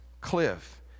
cliff